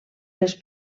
les